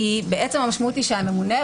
כי המשמעות היא שהממונה,